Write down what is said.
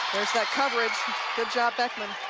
there's that coverage good job, beckman.